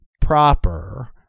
proper